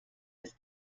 ist